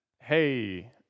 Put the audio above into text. Hey